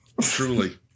Truly